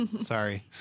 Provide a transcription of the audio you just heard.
Sorry